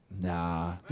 Nah